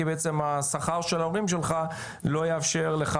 כי בעצם השכר של ההורים שלך לא יאפשר לך